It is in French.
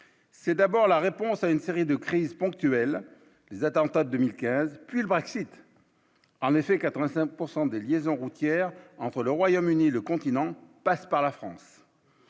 c'est d'abord la réponse à une série de crises ponctuelles, les attentats de 2015, puis le Brexit en effet 85 pourcent des liaisons routières entre le Royaume-Uni et le continent passe par la France.